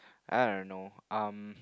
I don't know um